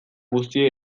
guztiei